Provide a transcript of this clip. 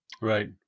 Right